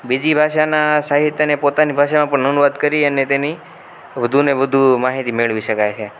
બીજી ભાષાનાં સાહિત્યને પોતાની ભાષામાં પણ અનુવાદ કરી અને તેની વધુને વધુ માહિતી મેળવી શકાય છે